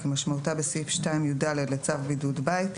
כמשמעותה בסעיף 2(יד) לצו בידוד בית,